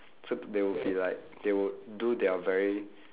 so they would be like they would do their very